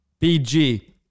BG